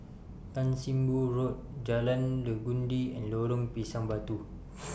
Tan SIM Boh Road Jalan Legundi and Lorong Pisang Batu